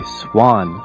swan